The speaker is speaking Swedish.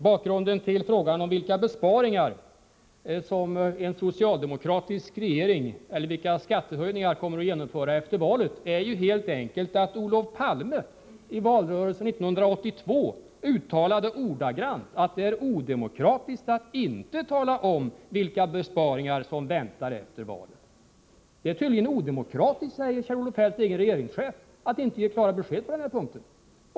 Bakgrunden till frågan om vilka skattehöjningar en socialdemokratisk regering kommer att genomföra efter valet är helt enkelt att Olof Palme i valrörelsen 1982 uttalade att det är odemokratiskt att inte tala om vilka besparingar som väntar efter valet. Det är odemokratiskt, säger Kjell-Olof Feldts egen regeringschef, att inte ge klara besked på den här punkten.